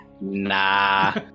Nah